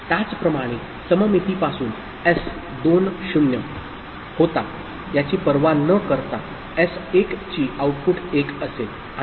त्याचप्रमाणे सममितीपासून एस 2 0 होता याची पर्वा न करता एस 1 ची आउटपुट 1 असेल